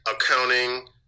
accounting